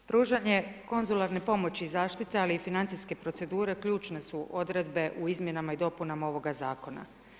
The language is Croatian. Pružanje konzularne pomoći i zaštite ali i financijske procedure ključne su odredbe u izmjenama i dopunama ovoga zakona.